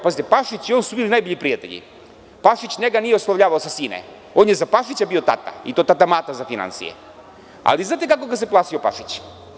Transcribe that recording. Znate kako, Pašić i on su bili najbolji prijatelj, Pašić njega nije oslovljavao sa sine, on je za Pašića bio tata i to tata mata za finansije, ali znate kako ga se plašio Pašić.